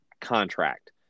contract